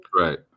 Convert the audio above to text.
Right